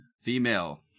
Female